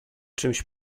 czymś